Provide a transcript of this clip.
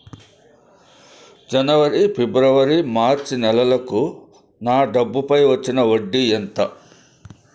జనవరి, ఫిబ్రవరి, మార్చ్ నెలలకు నా డబ్బుపై వచ్చిన వడ్డీ ఎంత